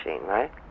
right